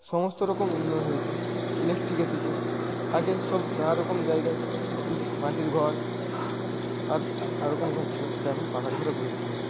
সমস্ত রকম উন্নয়ন হয়েছে ইলেকট্রিক এসেছে আগে সব নানারকম জায়গায় শু মাটির ঘর আর নানারকম ঘর ছিল সেটা এখন পাকা ঘরে পরিণত হয়েছে